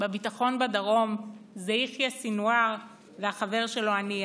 בביטחון בדרום זה יחיא סנוואר והחבר שלו הנייה.